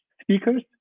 speakers